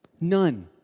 None